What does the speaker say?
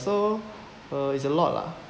so uh it's a lot lah